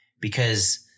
because-